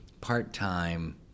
part-time